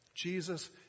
Jesus